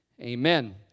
Amen